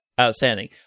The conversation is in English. Outstanding